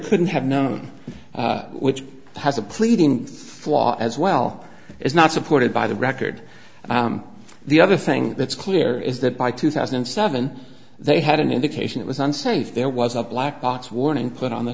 couldn't have known which has a pleading flaw as well as not supported by the record the other thing that's clear is that by two thousand and seven they had an indication it was unsafe there was a black box warning put on the